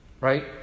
right